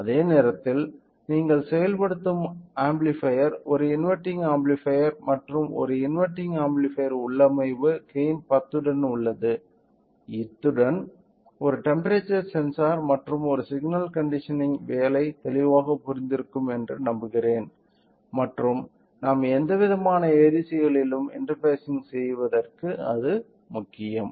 அதே நேரத்தில் நீங்கள் செயல்படுத்தும் ஆம்ப்ளிஃபையர் ஒரு இன்வெர்டிங் ஆம்ப்ளிஃபையர் மற்றும் ஒரு இன்வெர்ட்டிங் ஆம்ப்ளிஃபையர் உள்ளமைவு கெய்ன் 10 துடன் உள்ளது இத்துனுடன் ஒரு டெம்ப்பெரேச்சர் சென்சார் மற்றும் ஒரு சிக்னல் கண்டிஷனிங்கின் வேலை தெளிவாக புரிந்து இருக்கும் என்று நம்புகிறேன் மற்றும் நாம் எந்த விதமான ADC களிலும் இன்டெர்பாஸிங் செய்வதற்க்கு அது முக்கியம்